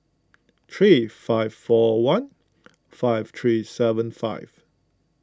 three five four one five three seven five